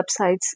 websites